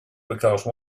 because